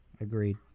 Agreed